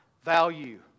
value